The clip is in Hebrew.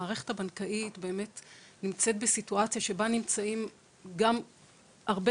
המערכת הבנקאית נמצאת בסיטואציה שבה נמצאים גם הרבה